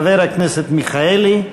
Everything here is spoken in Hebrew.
חבר הכנסת מיכאלי,